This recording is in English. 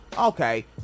Okay